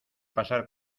pasar